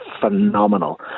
phenomenal